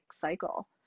cycle